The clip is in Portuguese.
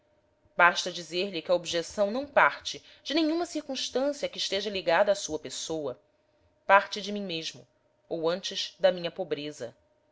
basta dizer-lhe que a objeção não parte de nenhuma circunstância a que esteja ligada a sua pessoa parte de mim mesmo ou antes da minha pobreza